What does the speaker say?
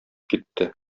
китте